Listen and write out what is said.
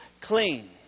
clean